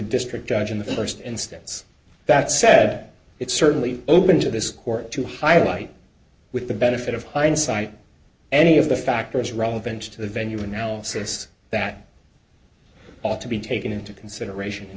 district judge in the st instance that sat it certainly open to this court to highlight with the benefit of hindsight any of the factors relevant to the venue analysis that ought to be taken into consideration